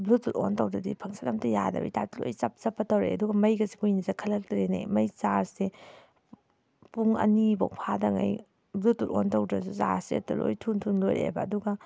Bluetooth on ꯇꯧꯗ꯭ꯔꯗꯤ ꯐꯪꯁꯟ ꯑꯃꯇ ꯌꯥꯗꯕꯩ ꯇꯥꯏꯞꯇ ꯂꯣꯏꯅ ꯆꯞ ꯆꯞꯄ ꯇꯧꯔꯛꯑꯦ ꯑꯗꯨꯒ ꯃꯩꯒꯁꯦ ꯀꯨꯏꯅ ꯆꯠꯈꯠꯂꯛꯇ꯭ꯔꯦꯅꯦ ꯃꯩ ꯆꯥꯔꯁꯁꯦ ꯄꯨꯡ ꯑꯅꯤꯐꯥꯎ ꯐꯥꯗꯈꯩ ꯕ꯭ꯂꯨꯇꯨꯠ ꯑꯣꯟ ꯇꯧꯗ꯭ꯔꯁꯨ ꯆꯥꯔꯁꯁꯦ ꯍꯦꯛꯇ ꯂꯣꯏꯅ ꯊꯨ ꯊꯨꯅ ꯂꯣꯏꯔꯛꯑꯦꯕ ꯑꯗꯨꯒ